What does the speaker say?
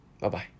Bye-bye